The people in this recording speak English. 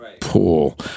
pool